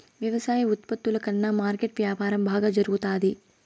వ్యవసాయ ఉత్పత్తుల కన్నా మార్కెట్ వ్యాపారం బాగా జరుగుతాది